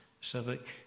civic